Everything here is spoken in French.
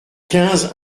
quinze